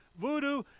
voodoo